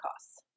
costs